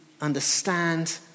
understand